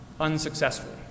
unsuccessfully